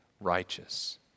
righteous